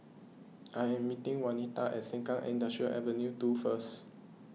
I am meeting Wanita at Sengkang Industrial Ave two first